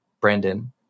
Brandon